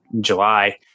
July